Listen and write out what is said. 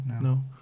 no